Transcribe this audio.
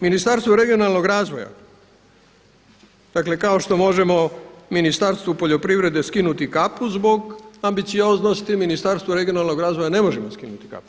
Ministarstvo regionalnog razvoja, dakle kao što možemo Ministarstvu poljoprivrede skinuti kapu zbog ambicioznosti, Ministarstvu regionalnog razvoja ne možemo skinuti kapu.